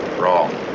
wrong